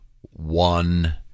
one